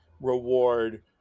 reward